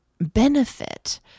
benefit